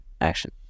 Action